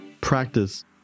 Practice